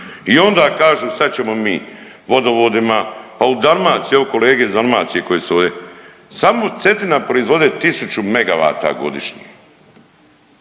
I onda kažu sad ćemo mi vodovodima. Pa u Dalmaciji, evo kolege iz Dalmacije koje su ovdje samo Cetina proizvode tisuću megavata godišnje,